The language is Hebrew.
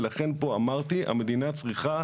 ולכן פה אמרתי, המדינה צריכה